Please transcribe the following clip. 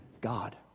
God